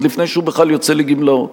עוד לפני בכלל שהוא יוצא לגמלאות.